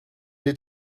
est